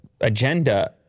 agenda